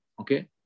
okay